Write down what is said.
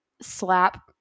slap